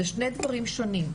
זה שני דברים שונים.